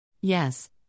Yes